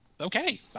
Okay